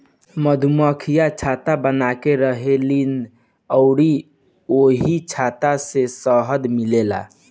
मधुमक्खियाँ छत्ता बनाके रहेलीन अउरी ओही छत्ता से शहद मिलेला